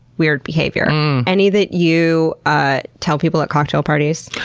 weird behavior any that you ah tell people at cocktail parties?